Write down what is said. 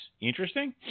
interesting